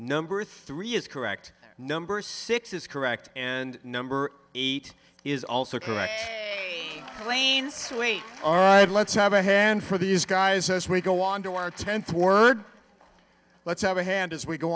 number three is correct number six is correct and number eight is also correct elaine so wait all right let's have a hand for these guys as we go on to our tenth word let's have a hand as we go